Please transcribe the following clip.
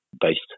based